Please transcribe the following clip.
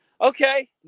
Okay